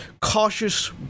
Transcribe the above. cautious